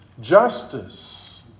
justice